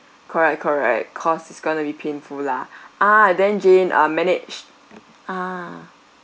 correct correct cause it's going to be painful lah ah then jane uh managed ah